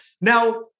Now